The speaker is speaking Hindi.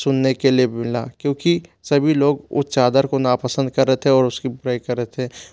सुनने के लिए भी मिला क्योंकि सभी लोग उस चादर को नापसंद कर रहे थे और उसकी बुराई कर रहे थे